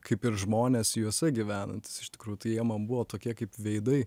kaip ir žmonės juose gyvenantys iš tikrųjų tai jie man buvo tokie kaip veidai